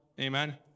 amen